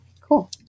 cool